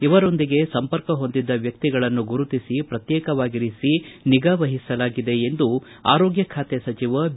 ಇವರೊಂದಿಗೆ ಸಂಪರ್ಕ ಹೊಂದಿದ್ದ ವ್ಯಕ್ತಿಗಳನ್ನು ಗುರುತಿಸಿ ಪ್ರತ್ಯೇಕವಾಗಿರಿಸಿ ನಿಗಾವಹಿಸಲಾಗಿದೆ ಎಂದು ಆರೋಗ್ದ ಖಾತೆ ಸಚಿವ ಬಿ